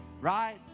Right